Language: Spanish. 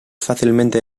fácilmente